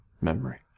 memory